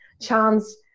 chance